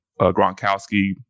Gronkowski